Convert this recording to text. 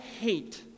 hate